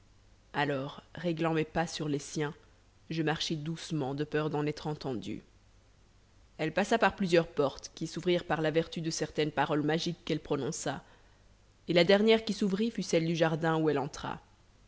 alors réglant mes pas sur les siens je marchai doucement de peur d'en être entendu elle passa par plusieurs portes qui s'ouvrirent par la vertu de certaines paroles magiques qu'elle prononça et la dernière qui s'ouvrit fut celle du jardin où elle entra